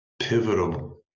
pivotal